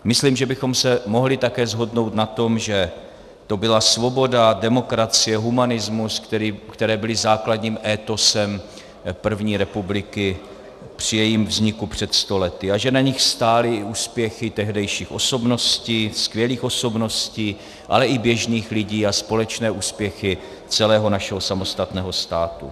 Myslím, že bychom se mohli také shodnout na tom, že to byla svoboda, demokracie, humanismus, které byly základním étosem první republiky při jejím vzniku před sto lety a že na nich stály úspěchy tehdejších osobností, skvělých osobností, ale i běžných lidí, a společné úspěchy celého našeho samostatného státu.